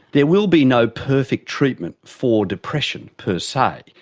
there will be no perfect treatment for depression per se.